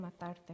matarte